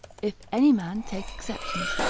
if any man take exceptions,